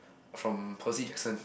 from Percy-Jackson